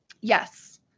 Yes